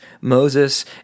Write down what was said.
Moses